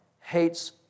Hates